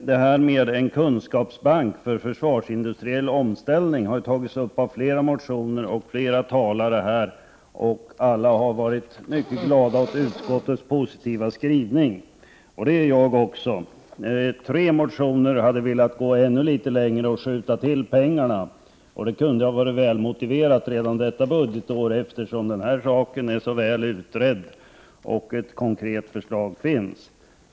Fru talman! Frågan om en kunskapsbank för omställning av försvarsindustrin, som tagits upp i flera motioner, har berörts av flera talare här och alla har varit mycket glada åt utskottets positiva skrivning. Det är jag också. Tre motioner hade velat gå ännu litet längre och också skjuta till pengar, och det kunde ha varit välmotiverat redan detta budgetår, eftersom saken är så väl utredd och ett konkret förslag finns.